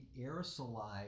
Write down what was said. aerosolize